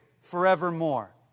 forevermore